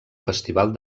festival